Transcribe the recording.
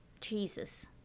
Jesus